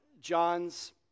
John's